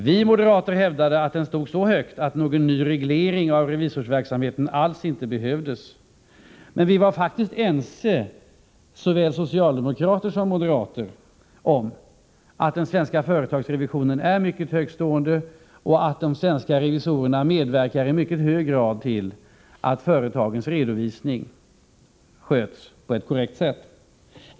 Vi moderater hävdade att den stod så högt att någon reglering av revisorsverksamheten alls inte behövdes, och såväl socialdemokrater som moderater var faktiskt ense om att den svenska företagsrevisionen är mycket högtstående och att de svenska revisorerna i mycket hög grad medverkar till att företagens redovisning sköts på ett korrekt sätt.